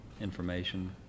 information